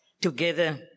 together